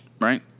right